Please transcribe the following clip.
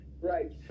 Right